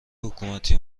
حکومتی